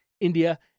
India